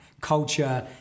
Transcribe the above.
culture